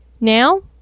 Now